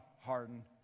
hardened